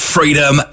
Freedom